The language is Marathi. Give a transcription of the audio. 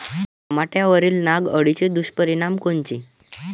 टमाट्यावरील नाग अळीचे दुष्परिणाम कोनचे?